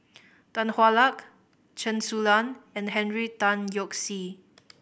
Tan Hwa Luck Chen Su Lan and Henry Tan Yoke See